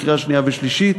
בקריאה שנייה ושלישית.